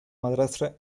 madrastra